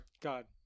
God